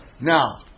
Now